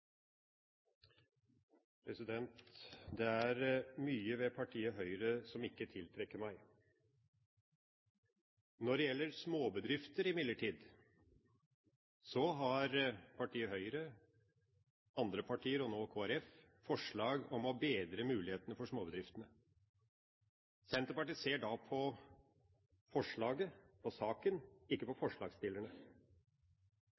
minutt. Det er mye ved partiet Høyre som ikke tiltrekker meg. Når det gjelder småbedrifter imidlertid, har partiet Høyre, andre partier og nå Kristelig Folkeparti forslag om å bedre mulighetene for disse. Senterpartiet ser da på forslaget, på saken, ikke på